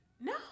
No